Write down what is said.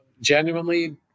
genuinely